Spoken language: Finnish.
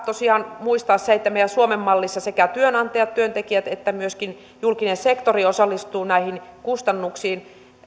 tosiaan muistaa se että meidän suomen mallissa sekä työnantajat työntekijät että myöskin julkinen sektori osallistuvat näihin kustannuksiin